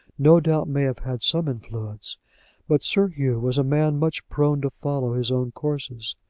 no doubt may have had some influence but sir hugh was a man much prone to follow his own courses.